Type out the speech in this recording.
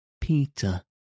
Peter